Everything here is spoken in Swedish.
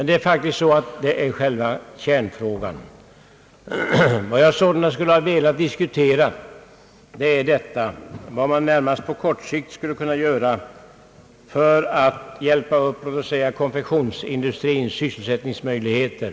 Det är alltså själva kärnfrågan. Vad jag sålunda skulle ha velat diskutera är vad man, närmast på kort sikt, skulle kunna göra för att hjälpa upp konfektionsindustrins sysselsättningsmöjligheter.